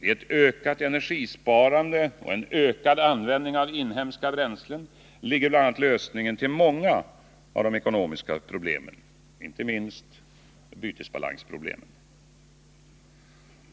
I ett ökat energisparande och en ökad användning av inhemska bränslen ligger bl.a. lösningen till många av de ekonomiska problemen, inte minst bytesbalansproblemet.